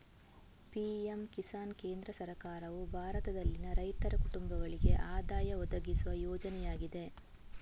PM Kisan ಕೇಂದ್ರ ಸರ್ಕಾರವು ಭಾರತದಲ್ಲಿನ ರೈತರ ಕುಟುಂಬಗಳಿಗೆ ಆದಾಯ ಒದಗಿಸುವ ಯೋಜನೆಯಾಗಿದೆ